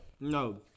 No